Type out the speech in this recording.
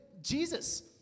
Jesus